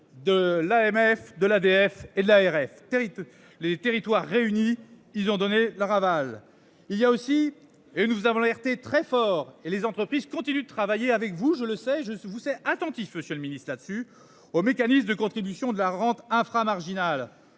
de l'AMF de l'ADF et de l'ARF territoires les territoires réunis, ils ont donné leur aval. Il y a aussi et nous avons alerté très fort et les entreprises continuent de travailler avec vous, je le sais je vous sais attentifs, Monsieur le Ministre là-dessus au mécanisme de contribution de la rente Afra marginal